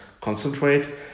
concentrate